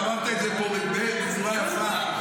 אמרת את זה פה בצורה יפה,